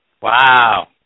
Wow